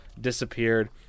disappeared